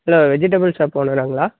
hello vegetable shop ஓனராங்களா